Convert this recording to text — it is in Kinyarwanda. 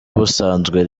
busanzwe